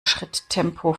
schritttempo